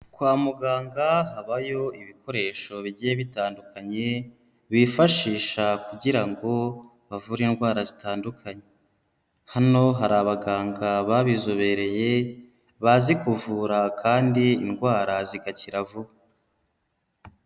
Kwa muganga habayo ibikoresho bigiye bitandukanye, bifashisha kugira ngo bavure indwara zitandukanye, hano hari abaganga babizobereye bazi kuvura kandi indwara zigakira vuba.